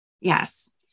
Yes